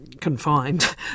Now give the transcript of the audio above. confined